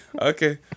Okay